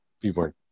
People